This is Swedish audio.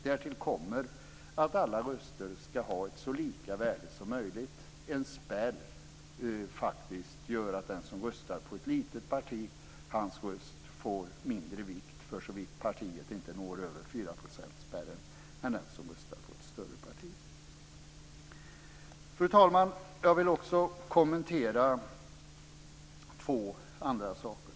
Därtill kommer att alla röster ska ha ett så lika värde som möjligt. En spärr gör faktiskt att den som röstar på ett litet parti får mindre vikt, försåvitt partiet inte når över 4-procentsspärren, än den som röstar på ett större parti. Fru talman! Jag vill också kommentera två andra saker.